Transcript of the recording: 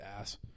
ass